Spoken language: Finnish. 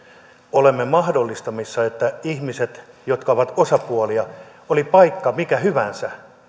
olemme mahdollistamassa että pyritään siihen että ihmiset jotka ovat osapuolia oli paikka mikä hyvänsä